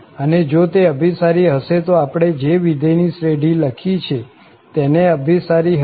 અને જો તે અભિસારી હશે તો આપણે જે વિધેય ની શ્રેઢી લખી છે તેને અભિસારી હશે